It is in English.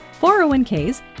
401ks